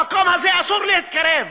למקום הזה אסור להתקרב,